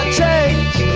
change